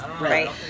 right